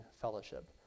fellowship